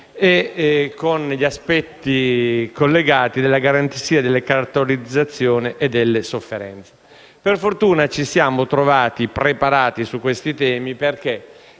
con gli aspetti collegati della garanzia delle cartolarizzazioni e delle sofferenze. Per fortuna ci siamo trovati preparati su questi temi, perché